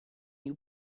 you